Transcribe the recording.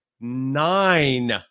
nine